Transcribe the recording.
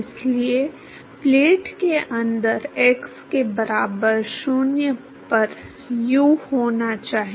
इसलिए प्लेट के अंदर x के बराबर 0 पर u होना चाहिए